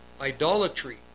idolatry